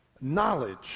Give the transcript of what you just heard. knowledge